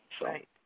Right